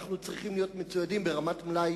אנחנו צריכים להיות מצוידים ברמת מלאי